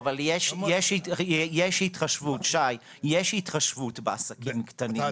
שי, יש התחשבות בעסקים קטנים.